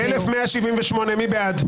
אנחנו בהצבעה 1,178 מי בעד?